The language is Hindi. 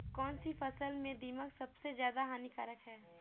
कौनसी फसल में दीमक सबसे ज्यादा हानिकारक है?